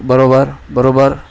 बरोबर बरोबर